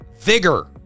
vigor